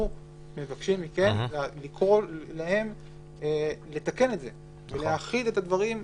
אנחנו מבקשים לקרוא להם לתקן את זה ולהאחיד את הדברים.